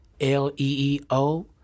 L-E-E-O